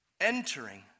entering